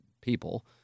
people